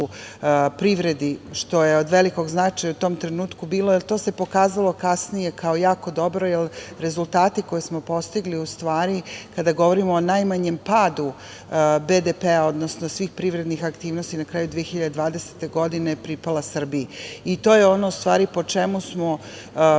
privredi, što je bilo od velikog značaja u tom trenutku, što to se pokazalo kasnije kao jako dobro, jer rezultati koje smo postigli u stvari, kada govorimo o najmanjem padu BDP-a, odnosno svih privrednih aktivnosti na kraju 2020. godine, je pripala Srbiji. To je ono po čemu smo zaista